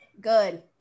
Good